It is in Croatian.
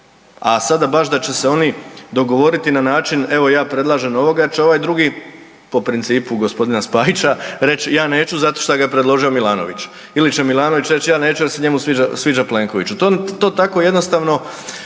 A sada baš da će se oni dogovoriti na način evo ja predlažem ovoga jer će ovaj drugi po principu gospodina Spajića reći ja neću zato što ga je predložio Milanović. Ili će Milanović reći ja neću jer se njemu sviđa Plenković. To tako jednostavno